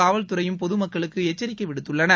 காவல்துறையும் பொதுமக்களுக்கு எச்சரிக்கை விடுத்துள்ளன